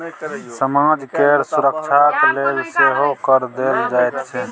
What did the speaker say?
समाज केर सुरक्षाक लेल सेहो कर देल जाइत छै